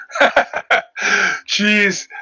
Jeez